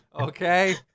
Okay